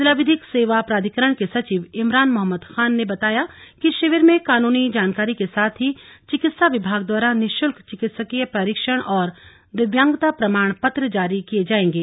जिला विधिक सेवा प्राधिकरण के सचिव इमरान मोहम्मद खान ने बताया कि इस शिविर में कानूनी जानकारी के साथ ही चिकित्सा विभाग द्वारा निःशुल्क चिकित्सकीय परीक्षण और दिव्यांगता प्रमाण पत्र जारी किए जायेंगे